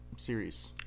series